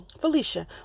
Felicia